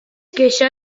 queixa